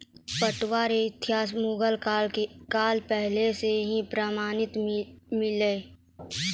पटुआ रो इतिहास मुगल काल पहले से ही प्रमान मिललै